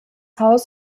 haus